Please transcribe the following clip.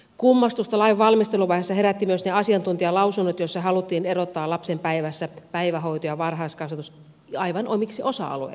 kummastusta lainvalmisteluvaiheessa herättivät myös ne asiantuntijalausunnot joissa haluttiin erottaa lapsen päivässä päivähoito ja var haiskasvatus aivan omiksi aika alueikseen